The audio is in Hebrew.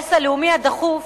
לאינטרס הלאומי הדחוף